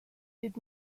did